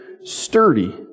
sturdy